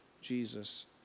Jesus